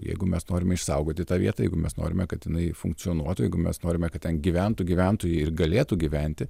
jeigu mes norime išsaugoti tą vietą jeigu mes norime kad jinai funkcionuotų jeigu mes norime kad ten gyventų gyventojai ir galėtų gyventi